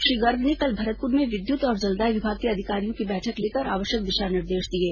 श्री गर्ग ने कल भरतपुर में विद्युत और जलदाय विभाग के अधिकारियों की बैठक लेकर आवश्यक दिशा निर्देश दिये